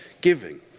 giving